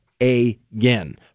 again